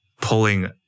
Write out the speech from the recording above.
pulling